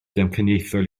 damcaniaethol